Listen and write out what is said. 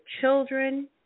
children